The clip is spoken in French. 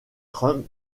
trump